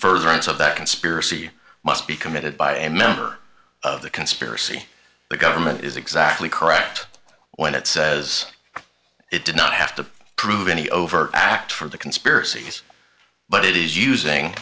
furtherance of that conspiracy must be committed by a member of the conspiracy the government is exactly correct when it says it did not have to prove any overt act for the conspiracy but it is using